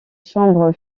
chambres